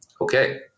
Okay